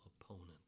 opponent